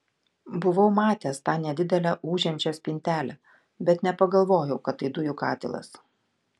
buvau matęs tą nedidelę ūžiančią spintelę bet nepagalvojau kad tai dujų katilas